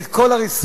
את כל הריסונים,